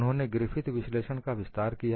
उन्होंने ग्रिफिथ विश्लेषण का विस्तार किया